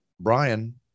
Brian